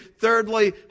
Thirdly